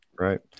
Right